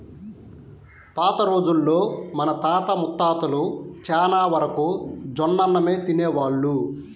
పాత రోజుల్లో మన తాత ముత్తాతలు చానా వరకు జొన్నన్నమే తినేవాళ్ళు